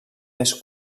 més